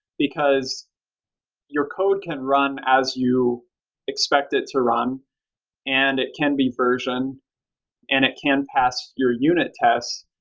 because your code can run as you expect it to run and it can be versioned and it can pass your unit test,